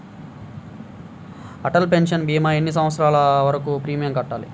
Atal pension భీమా ఎన్ని సంవత్సరాలు వరకు ప్రీమియం కట్టాలి?